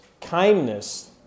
kindness